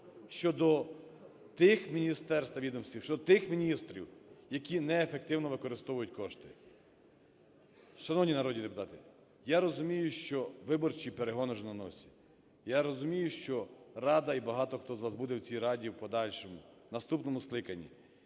щодо тих міністерств та відомств, щодо тих міністрів, які неефективно використовують кошти. Шановні народні депутати, я розумію, що виборчі перегони вже на носі, я розумію, що Рада і багато хто з вас буде в цій Раді в подальшому, в наступному скликанні.